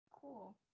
Cool